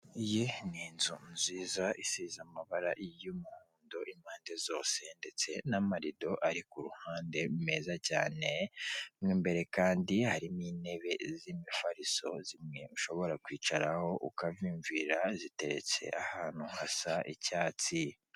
Iyi ni inzu nziza isize amabara y'umuhondo impande zose ndetse n'amarido ari ku ruhande meza cyane, mo imbere kandi harimo indebe z'imifariso zimwe ushobora kwicaraho ukavimvira ziteretse ahantu hasa icyatsi.